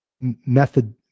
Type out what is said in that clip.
method